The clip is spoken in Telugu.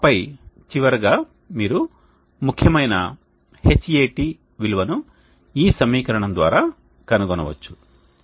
ఆపై చివరగా మీరు ముఖ్యమైన Hat విలువను ఈ సమీకరణం ద్వారా కనుగొనవచ్చు